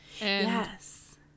Yes